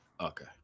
Okay